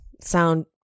sound